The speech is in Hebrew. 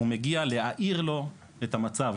הוא מגיע להאיר לו את המצב,